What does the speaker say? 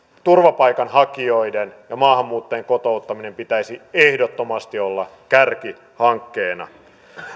turvapaikanhakijoiden ja maahanmuuttajien kotouttamisen pitäisi ehdottomasti olla kärkihankkeena